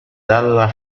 dalla